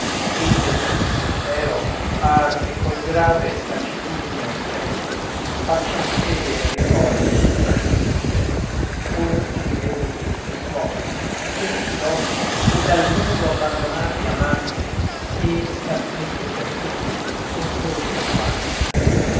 e del perduto impero par che col grave e taciturno aspetto faccian fede e ricordo al passeggero or ti riveggo in questo suol di tristi lochi e dal mondo abbandonati amante e d'afflitte fortune ognor compagna